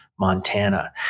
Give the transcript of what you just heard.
Montana